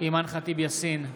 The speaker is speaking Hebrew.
אימאן ח'טיב יאסין,